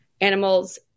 animals